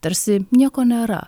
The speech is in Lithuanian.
tarsi nieko nėra